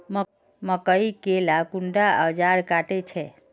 मकई के ला कुंडा ओजार काट छै?